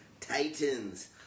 Titans